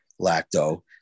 lacto